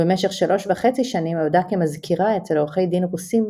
ובמשך שלוש וחצי שנים עבדה כמזכירה אצל עורכי דין רוסים,